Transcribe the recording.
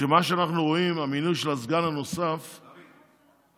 שמה שאנחנו רואים, המינוי של הסגן הנוסף, דוד,